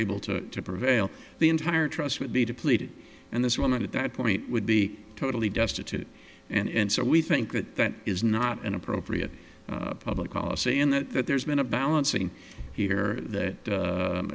able to prevail the entire trust would be depleted and this woman at that point would be totally destitute and so we think that that is not an appropriate public policy in that that there's been a balancing here that